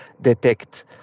detect